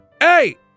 hey